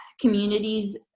communities